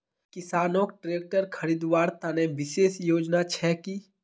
किसानोक ट्रेक्टर खरीदवार तने विशेष योजना छे कि?